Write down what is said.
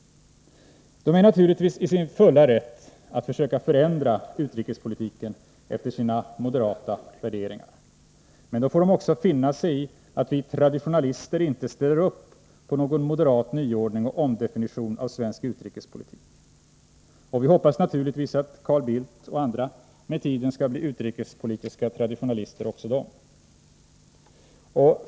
De är naturligtvis i sin fulla rätt att försöka förändra utrikespolitiken efter sina moderata värderingar — men då får de också finna sig i att vi traditionalister inte ställer upp på någon moderat nyordning och omdefiniering av svensk utrikespolitik. Och vi hoppas naturligtvis att Carl Bildt och andra med tiden skall bli utrikespolitiska traditionalister även de.